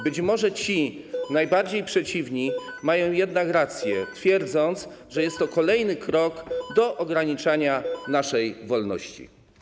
Być może ci najbardziej przeciwni mają jednak rację, twierdząc, że jest to kolejny krok do ograniczania naszej wolności.